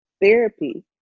Therapy